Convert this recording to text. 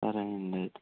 సరే అండి అయితే